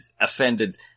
offended